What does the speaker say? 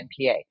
NPA